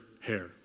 hair